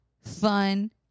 fun